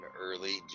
early